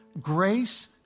Grace